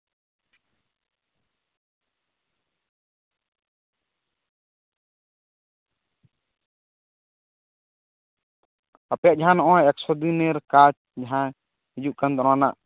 ᱟᱯᱮᱭᱟᱜ ᱡᱟᱦᱟᱸ ᱱᱚᱜᱼᱚᱭ ᱮᱠᱥᱚ ᱫᱤᱱᱮᱨ ᱠᱟᱡ ᱡᱟᱦᱟᱸ ᱦᱤᱡᱩᱜ ᱠᱟᱱ ᱫᱚ ᱱᱚᱣᱟ ᱨᱮᱱᱟᱜ